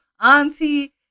auntie